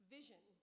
Vision